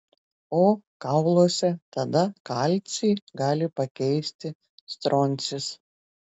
o kauluose tada kalcį gali pakeisti stroncis